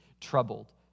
troubled